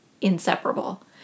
inseparable